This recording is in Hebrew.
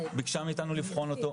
ביקשה מאיתנו לבחון אותו,